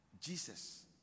Jesus